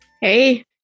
Hey